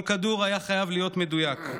כל כדור היה חייב להיות מדויק,